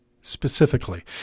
specifically